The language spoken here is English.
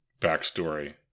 backstory